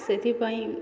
ସେଥିପାଇଁ